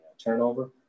turnover